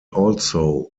also